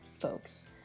folks